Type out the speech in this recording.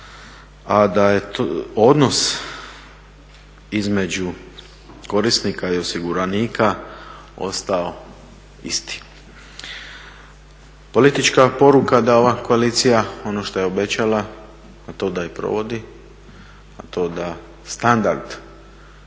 a da je odnos između korisnika i osiguranika ostao isti. Politička poruka je da je ova koalicija ono što je obećala to i provodi, a to je da standard